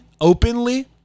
openly